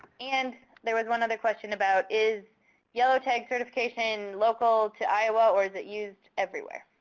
and there was one other question about is yellow tag certification local to iowa or is it used everywhere?